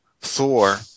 Thor